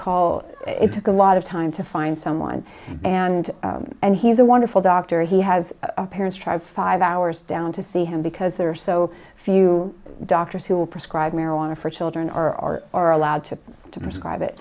call it took a lot of time to find someone and and he's a wonderful doctor he has parents tried five hours down to see him because there are so few doctors who will prescribe marijuana for children or are allowed to prescribe it